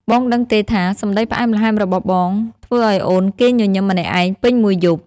បងដឹងទេថា សម្តីផ្អែមល្ហែមរបស់បង ធ្វើឱ្យអូនគេងញញឹមម្នាក់ឯងពេញមួយយប់?